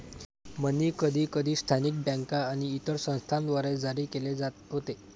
मनी कधीकधी स्थानिक बँका आणि इतर संस्थांद्वारे जारी केले जात होते